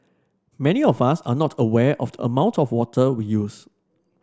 many of us are not aware of the amount of water we use